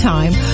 Time